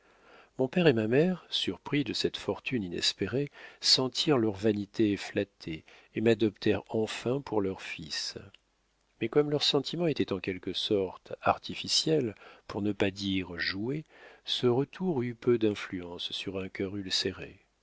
mon père et ma mère surpris de cette fortune inespérée sentirent leur vanité flattée et m'adoptèrent enfin pour leur fils mais comme leur sentiment était en quelque sorte artificiel pour ne pas dire joué ce retour eut peu d'influence sur un cœur